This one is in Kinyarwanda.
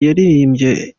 yaririmbye